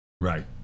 Right